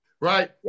right